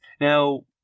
Now